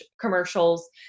commercials